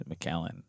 McAllen